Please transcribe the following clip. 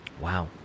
Wow